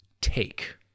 take